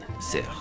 sir